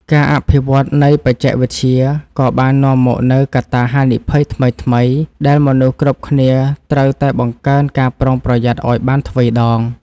ការវិវឌ្ឍនៃបច្ចេកវិទ្យាក៏បាននាំមកនូវកត្តាហានិភ័យថ្មីៗដែលមនុស្សគ្រប់គ្នាត្រូវតែបង្កើនការប្រុងប្រយ័ត្នឱ្យបានទ្វេដង។